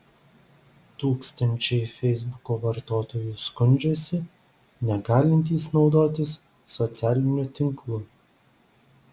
tūkstančiai feisbuko vartotojų skundžiasi negalintys naudotis socialiniu tinklu